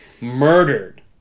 murdered